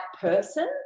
person